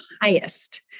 highest